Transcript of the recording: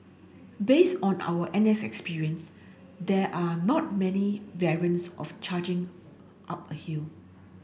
based on our N S experience there are not many variants of charging up a hill